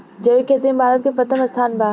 जैविक खेती में भारत के प्रथम स्थान बा